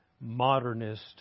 modernist